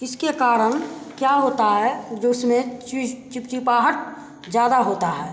इसके कारण क्या होता है जो उसमें चुइस चिपचिपाहट ज़्यादा होता है